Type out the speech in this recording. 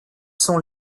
sont